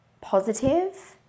positive